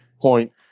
point